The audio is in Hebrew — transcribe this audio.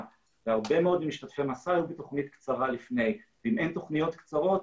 הרבה מאוד משתתפי מסע היו לפני כן בתוכנית קצרה ואם אין תוכניות קצרות,